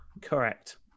Correct